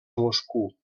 moscou